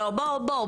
בואו,